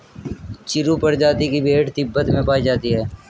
चिरु प्रजाति की भेड़ तिब्बत में पायी जाती है